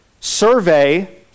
survey